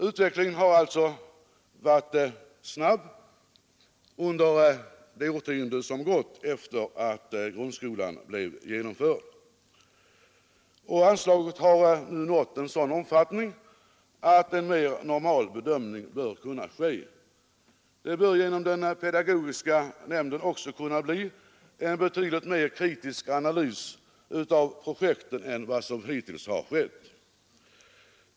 Utvecklingen har alltså varit snabb under det årtionde som gått efter grundskolans genomförande. Anslaget har nu nått en sådan omfattning att en mera normal bedömning bör kunna ske. Genom den pedagogiska nämnden borde vi kunna få en betydligt mera kritisk analys av projekten än vad som hittills skett.